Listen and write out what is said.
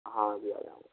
हाँ जी आ जाऊंगा